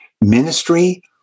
Ministry